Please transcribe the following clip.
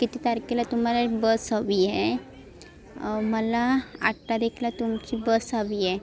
किती तारखेला तुम्हाला बस हवी आहे मला आठ तारखेला तुमची बस हवी आहे